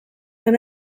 zein